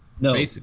No